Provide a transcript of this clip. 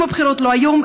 אם הבחירות לא היום,